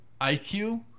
IQ